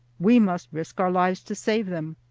we must risk our lives to save them.